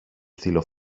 στείλω